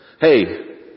Hey